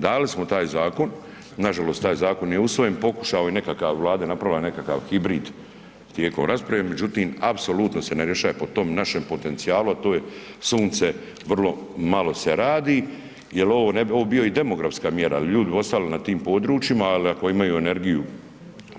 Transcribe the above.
Dali smo taj zakon, nažalost taj zakon nije usvojen, pokušao je nekakav, Vlada je napravila nekakav hibrid tijekom rasprave, međutim apsolutno se ne rješaje po tom našem potencijalu, a to je sunce, vrlo malo se radi jel ovo ne bi, ovo bi bio i demografska mjera, ljudi bi ostali na tim područjima al ako imaju energiju